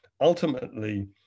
ultimately